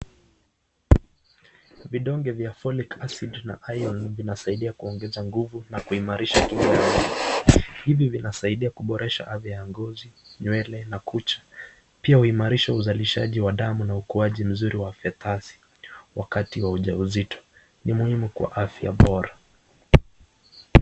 Vidonge vya folic acid na iron vinasaidia kuongeza nguvu na kuimarisha kinga ya mwili. Hivi vinasaidia kuboresha afya ya ngozi, nywele na kucha. Pia huimarisha uzalishaji wa damu na ukuaji mzuri wa fetasi wakati wa ujauzito. Ni muhimu kwa afya bora.